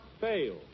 fail